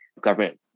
government